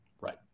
Right